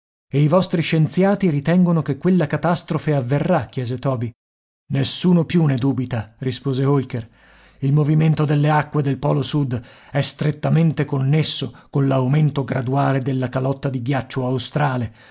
e i vostri scienziati ritengono che quella catastrofe avverrà chiese toby nessuno più ne dubita rispose holker il movimento delle acque del polo sud è strettamente connesso coll'aumento graduale della calotta di ghiaccio australe